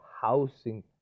housing